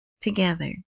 together